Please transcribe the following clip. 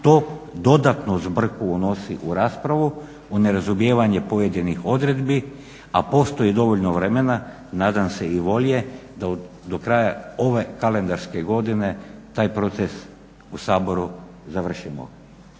to dodatnu zbrku unosi u raspravu, u nerazumijevanje pojedinih odredbi, a postoji dovoljno vremena nadam se i volje da do kraja ove kalendarske godine taj proces u Saboru završimo.